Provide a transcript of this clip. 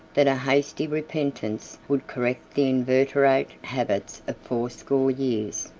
that a hasty repentance would correct the inveterate habits of fourscore years?